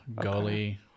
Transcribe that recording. Gully